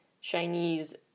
Chinese